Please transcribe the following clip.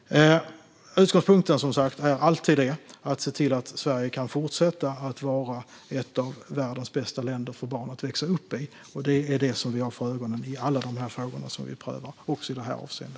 Utgångspunkten är, som sagt, alltid att se till att Sverige kan fortsätta att vara ett av världens bästa länder för barn att växa upp i. Det är detta som vi har för ögonen i alla de frågor som vi prövar, också i detta avseende.